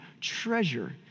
treasure